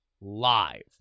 live